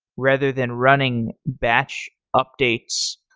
rather than running batch updates.